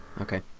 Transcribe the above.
Okay